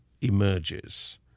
emerges